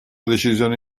decisione